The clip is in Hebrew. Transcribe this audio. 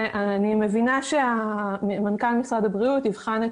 אני מבינה שמנכ"ל משרד הבריאות יבחן את